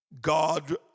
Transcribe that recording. God